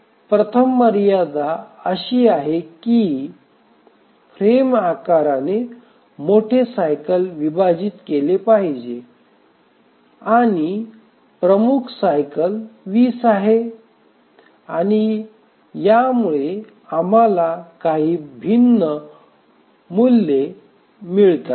प्रथम मर्यादा अशी आहे की फ्रेम आकाराने मोठे सायकल विभाजित केले पाहिजे आणि प्रमुख सायकल 20 आहे आणि यामुळे आम्हाला काही भिन्न मूल्ये मिळतात